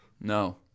No